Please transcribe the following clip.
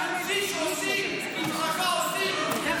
כביש אנחנו עושים?